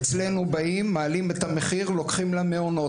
אצלנו באים, מעלים את המחיר, לוקחים למעונות.